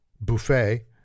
buffet